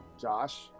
Josh